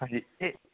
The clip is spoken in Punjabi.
ਹਾਂਜੀ